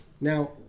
Now